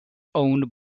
owned